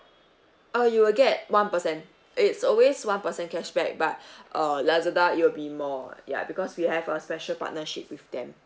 uh you will get one percent it's always one percent cashback but uh lazada it will be more ya because we have a special partnership with them